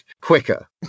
quicker